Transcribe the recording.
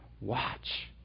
watch